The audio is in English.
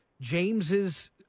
James's